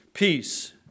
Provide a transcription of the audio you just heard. Peace